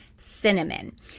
cinnamon